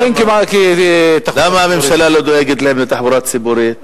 אין כמעט תחבורה ציבורית.